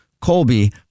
Colby